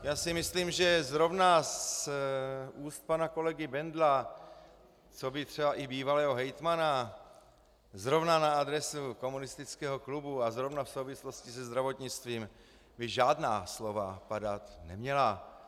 Já si myslím, že zrovna z úst pana kolegy Bendla coby třeba i bývalého hejtmana zrovna na adresu komunistického klubu a zrovna v souvislosti se zdravotnictvím by žádná slova padat neměla.